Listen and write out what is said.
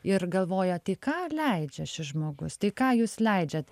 ir galvoja tai ką leidžia šis žmogus tai ką jūs leidžiat